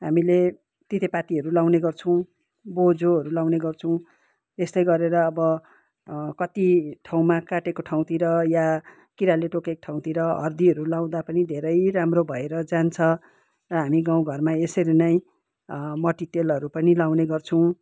हामीले तितेपातीहरू लगाउने गर्छौँ बोझोहरू लगाउने गर्छौँ यस्तै गरेर अब कत्ति ठाउँमा काटेको ठाउँतिर या किराले टोकेको ठाउँतिर हर्दीहरू लाउँदा पनि धेरै राम्रो भएर जान्छ र हामी गाउँघरमा यसरी नै मट्टितेलहरू पनि लगाउने गर्छौँ